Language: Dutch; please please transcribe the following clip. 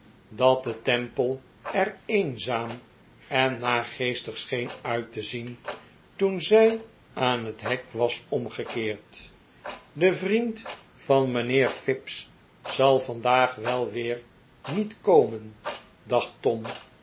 dat de temple er eenzaam en naargeestig scheen uit te zien toen zij aan het hek was omgekeerd de vfiend van mijnheer fips zal vandaag wel weer niet komen dacht tom